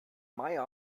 meier